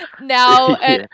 Now